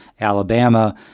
Alabama –